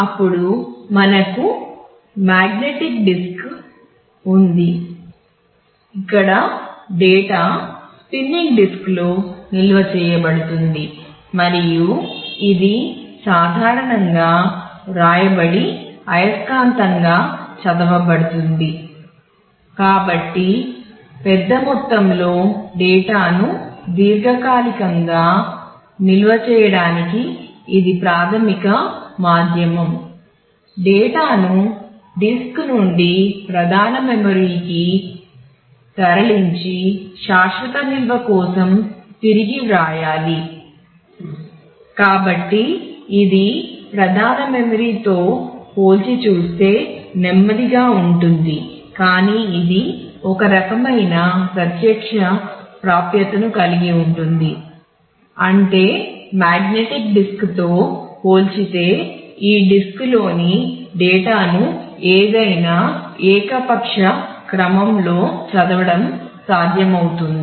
అప్పుడు మనకు మాగ్నెటిక్ డిస్క్ను ఏదైనా ఏకపక్ష క్రమంలో చదవడం సాధ్యమవుతుంది